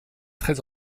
très